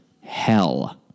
hell